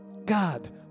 God